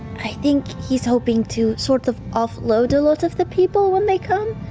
i think he's hoping to sort of offload a lot of the people when they come.